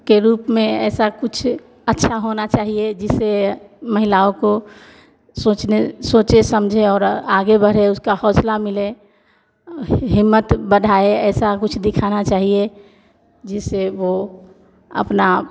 के रूप में ऐसा कुछ अच्छा होना चाहिए जिसे महिलाओं को सोचने सोचे समझें और आगे बढ़े उसको हौसला मिले ह हिम्मत बढ़ाए ऐसा कुछ दिखाना चाहिए जिससे वह अपना